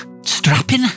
strapping